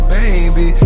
baby